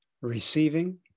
receiving